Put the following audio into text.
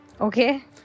Okay